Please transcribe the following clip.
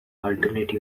alternate